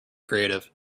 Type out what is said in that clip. creative